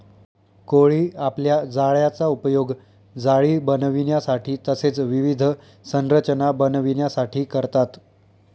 कोळी आपल्या जाळ्याचा उपयोग जाळी बनविण्यासाठी तसेच विविध संरचना बनविण्यासाठी करतात